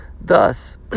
thus